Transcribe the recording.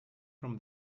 from